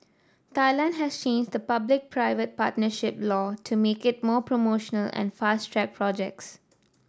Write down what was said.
Thailand has changed the public private partnership law to make it more promotional and fast track projects